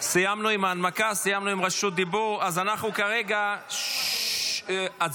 הינה